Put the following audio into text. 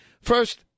First